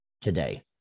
today